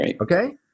okay